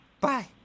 Bye